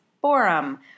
Forum